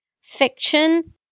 fiction